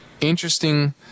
interesting